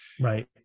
Right